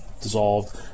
dissolved